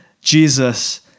Jesus